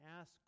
ask